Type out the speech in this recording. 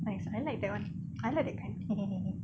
nice I like that [one] I like that kind he he he